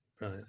Right